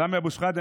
סמי אבו שחאדה,